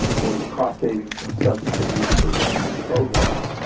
or the cost savings from substance abuse prevention programs.